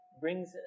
brings